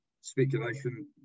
speculation